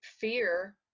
fear